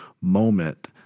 moment